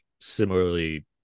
similarly